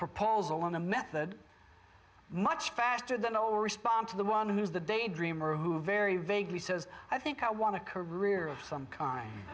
proposal in a method much faster than no respond to the one who's the day dreamer who very vaguely says i think i want to career of some kind